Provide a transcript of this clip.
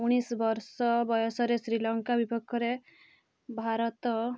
ଉଣେଇଶି ବର୍ଷ ବୟସରେ ଶ୍ରୀଲଙ୍କା ବିପକ୍ଷରେ ଭାରତ